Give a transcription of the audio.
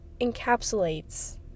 encapsulates